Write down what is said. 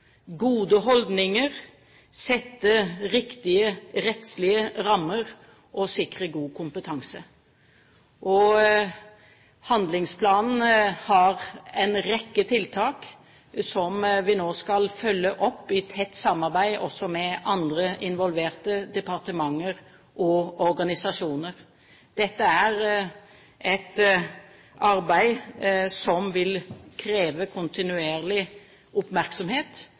gode holdninger, å sette riktige rettslige rammer og å sikre god kompetanse. Handlingsplanen har en rekke tiltak som vi nå skal følge opp, i tett samarbeid også med andre involverte departementer og organisasjoner. Dette er et arbeid som vil kreve kontinuerlig oppmerksomhet.